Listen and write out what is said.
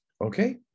Okay